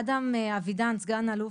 אדם אבידן, סגן אלוף,